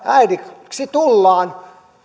äidiksi tullaan